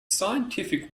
scientific